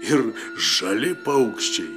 ir žali paukščiai